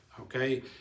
okay